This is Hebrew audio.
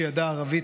שידע ערבית,